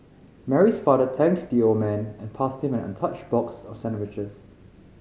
Mary's father thanked the old man and passed him an untouched box of sandwiches